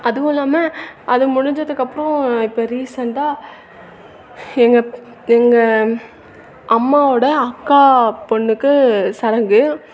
அதுவும் இல்லாமல் அது முடிஞ்சதுக்கப்புறோம் இப்போ ரீசன்டாக எங்கள் எங்கள் அம்மாவோடய அக்கா பொண்ணுக்கு சடங்கு